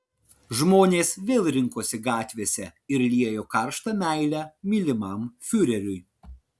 žmonės vėl rinkosi gatvėse ir liejo karštą meilę mylimam fiureriui